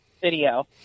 video